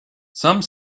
some